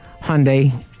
Hyundai